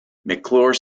mcclure